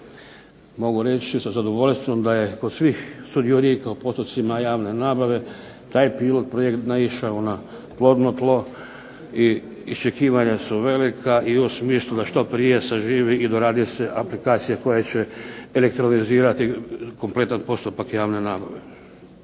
Mogu sa zadovoljstvom reći da je kod svih sudionika u postupcima javne nabave taj pilot projekt naišao na plodno tlo i iščekivanja su velika i u smislu da što prije saživi i doradi se aplikacija koja će elektronizirati cijeli postupak javne nabave.